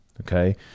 Okay